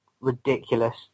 ridiculous